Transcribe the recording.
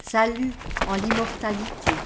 salut en immortalité